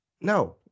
No